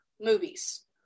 movies